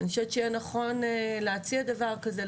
אני חושבת שיהיה נכון להציע דבר כזה,